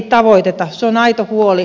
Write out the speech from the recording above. se on aito huoli